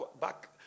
back